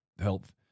health